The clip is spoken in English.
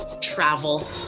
travel